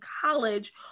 college